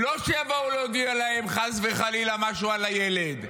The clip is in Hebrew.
לא שיבואו להודיע להם חס וחלילה משהו על הילד,